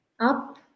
up